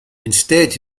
instead